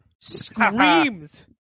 screams